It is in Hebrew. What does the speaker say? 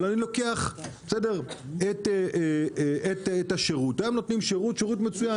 אבל אני לוקח את השירות היום נותנים שירות מצוין,